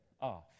off